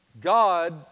God